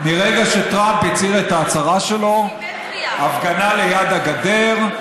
מרגע שטראמפ הצהיר את ההצהרה שלו, הפגנה ליד הגדר,